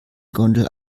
gondel